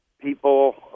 people